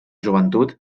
joventut